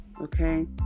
Okay